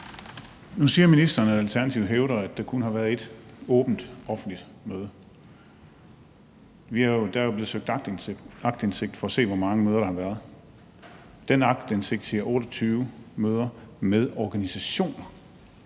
Nu siger ministeren, at Alternativet hævder, at der kun har været ét offentligt borgermøde. Der er jo blevet søgt aktindsigt for at se, hvor mange møder der har været, og den aktindsigt viser, at der har været